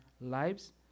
lives